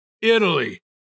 Italy